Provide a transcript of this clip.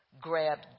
grabbed